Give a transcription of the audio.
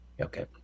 Okay